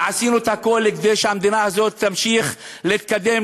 ועשינו את הכול כדי שהמדינה הזאת תמשיך להתקדם,